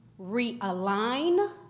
Realign